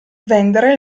vendere